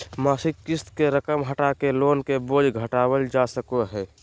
मासिक क़िस्त के रकम बढ़ाके लोन के बोझ घटावल जा सको हय